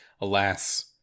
Alas